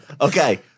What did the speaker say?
Okay